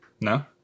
No